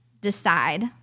decide